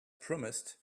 promised